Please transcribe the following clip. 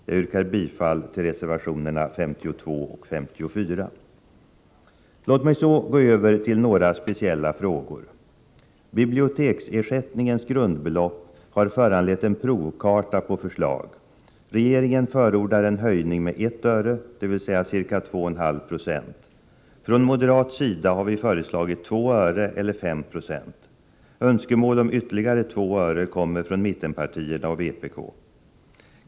Jag yrkar bifall till reservationerna 52 och 54. Låt mig så gå över till några speciella frågor. Biblioteksersättningens grundbelopp har föranlett en provkarta på förslag. Regeringen förordar en höjning med 1 öre, dvs. ca 2,5 90. Från moderat sida har vi föreslagit 2 öre eller 5 70. Önskemål om ytterligare 2 öre kommer från mittenpartierna och vpk.